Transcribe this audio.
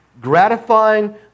gratifying